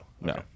no